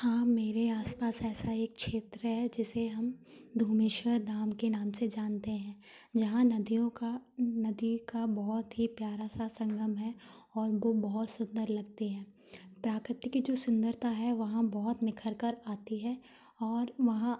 हाँ मेरे आसपास ऐसा एक क्षेत्र है जिसे हम धुमेश्वर धाम के नाम से जानते हैं जहाँ नदियों का नदी का बहुत ही प्यारा सा संगम है और वो बहुत सुंदर लगती है प्रकृति की जो सुंदरता है वहाँ बहुत निखर कर आती है और वहाँ